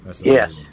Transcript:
Yes